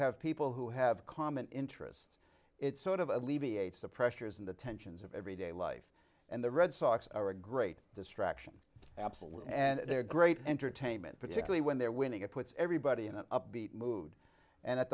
have people who have common interests it sort of alleviates the pressures and the tensions of everyday life and the red sox are a great distraction absolutely and they're great entertainment particularly when they're winning it puts everybody in an upbeat mood and at